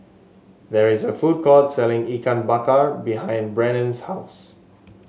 there is a food court selling Ikan Bakar behind Brannon's house